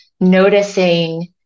noticing